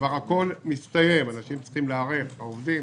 הכול כבר מסתיים ואנשים צריכים להיערך העובדים,